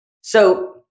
So-